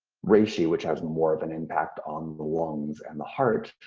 reishi, which has more of an impact on the lungs and the heart,